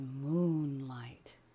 moonlight